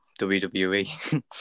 WWE